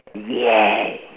yeah